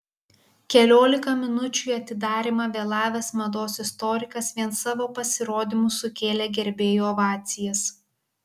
keliolika minučių į atidarymą vėlavęs mados istorikas vien savo pasirodymu sukėlė gerbėjų ovacijas